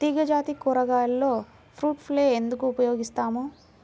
తీగజాతి కూరగాయలలో fruit fly ఎందుకు ఉపయోగిస్తాము?